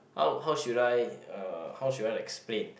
how how should I uh how should I explain